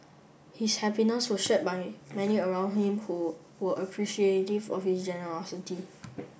his happiness was shared by many around him who were appreciative of his generosity